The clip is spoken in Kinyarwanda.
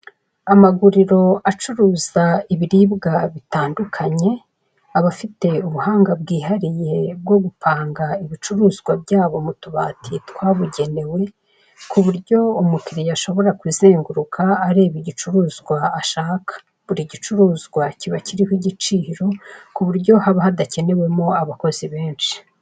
Amaguriro acuruza ibiribwa bitandukanye, aba afite ubuhanga bwihariye bwo gupanga ibicuruzwa byabo mu tubati twabugenewe, ku buryo umukiriya ashobora kuzenguruka areba igicuruzwa ashaka, buri gicuruzwa kiba kiriho igiciro, ku buryo haba hadakenewemo abakozi benshi.